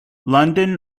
london